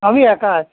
আমি একা